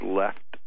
left